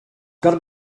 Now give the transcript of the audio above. gotta